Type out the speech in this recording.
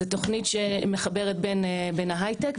זו תוכנית שמחברת בין ההייטק,